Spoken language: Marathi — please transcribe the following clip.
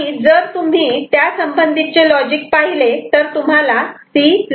आणि जर तुम्ही त्यासंबंधित चे लॉजिक पाहिले तर तुम्हाला C C'